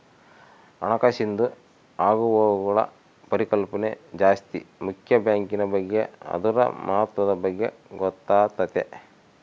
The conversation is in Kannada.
ಹಣಕಾಸಿಂದು ಆಗುಹೋಗ್ಗುಳ ಪರಿಕಲ್ಪನೆ ಜಾಸ್ತಿ ಮುಕ್ಯ ಬ್ಯಾಂಕಿನ್ ಬಗ್ಗೆ ಅದುರ ಮಹತ್ವದ ಬಗ್ಗೆ ಗೊತ್ತಾತತೆ